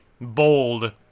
bold